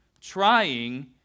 trying